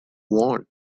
want